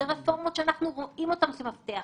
שאלו רפורמות שאנחנו רואים אותן כמפתח,